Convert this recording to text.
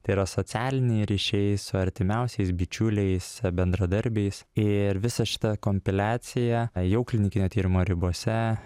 tai yra socialiniai ryšiai su artimiausiais bičiuliais bendradarbiais ir visą šitą kompiliaciją jau klinikinio tyrimo ribose